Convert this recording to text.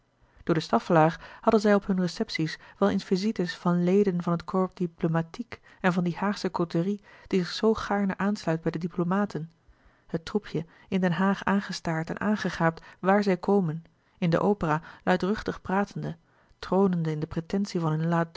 door de staffelaer hadden zij op hunne recepties wel eens visite's van leden van het corps diplomatique en van die haagsche côterie die zich zoo gaarne aansluit bij de diplomaten het troepje in den haag aangestaard en aangegaapt waar zij komen in de opera luidruchtig pratende tronende in de pretentie van hun